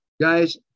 Guys